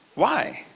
why?